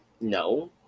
No